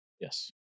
Yes